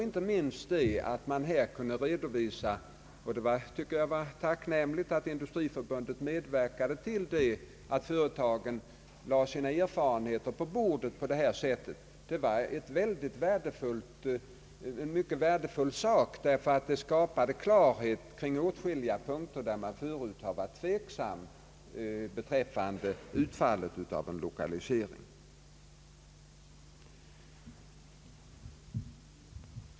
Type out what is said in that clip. Inte minst tycker jag att det var tacknämligt att Industriförbundet här medverkade till att företagen lade papperen på bordet och kunde redovisa sina erfarenheter. Detta var mycket värdefullt, därför att det skapade klarhet på åtskilliga punkter där man tidigare varit tveksam beträffande utfallet av en 1lokalisering.